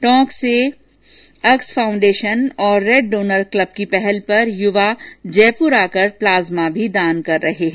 टोंक से अक्सफाउण्डेशन और Red Donor Club की पहल पर युवा जयपुर आकर प्लाजमा भी दान कर रहे हैं